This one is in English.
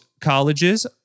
colleges